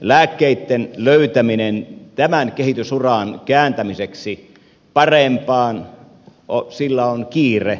lääkkeitten löytämisellä tämän kehitysuran kääntämiseksi parempaan on kiire